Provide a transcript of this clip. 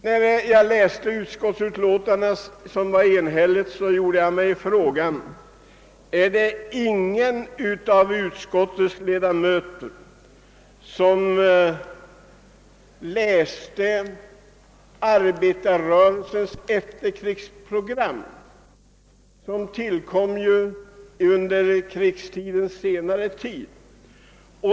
När jag läste det enhälliga utskottsutlåtandet frågade jag mig: Har ingen av utskottets ledamöter läst arbetarrörelsens efterkrigsprogram? Det tillkom under andra världskrigets senare del.